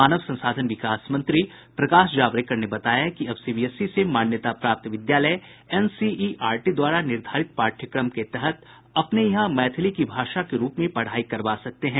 मानव संसाधन विकास मंत्री प्रकाश जावड़ेकर ने बताया कि अब सीबीएसई से मान्यता प्राप्त विद्यालय एनसीईआरटी द्वारा निर्धारित पाठ्यक्रम के तहत अपने यहां मैथिली की भाषा के रूप में पढ़ाई करवा सकते हैं